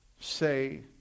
say